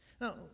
Now